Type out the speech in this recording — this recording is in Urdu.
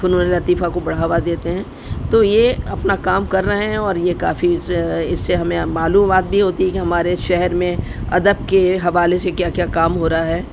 فنون لطیفہ کو بڑھاوا دیتے ہیں تو یہ اپنا کام کر رہے ہیں اور یہ کافی اس سے ہمیں معلومات بھی ہوتی ہے کہ ہمارے شہر میں ادب کے حوالے سے کیا کیا کام ہو رہا ہے